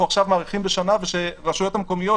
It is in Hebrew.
עכשיו מאריכים בשנה והרשויות המקומיות,